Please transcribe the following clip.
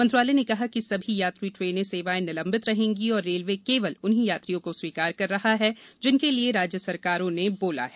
मंत्रालय ने कहा है कि सभी यात्री ट्रेन सेवाएं निलंबित रहेंगी और रेलवे केवल उन्हीं यात्रियों को स्वीकार कर रहा है जिनके लिए राज्य सरकारों ने बोला है